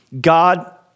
God